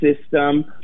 system